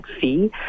fee